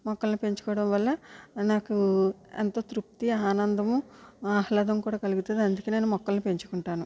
మొక్కలు పెంచుకోవడం వల్ల నాకు ఎంత తృప్తి ఆనందము ఆహ్లాదం కూడా కలుగుతుంది అందుకే నేను మొక్కలు పెంచుకుంటాను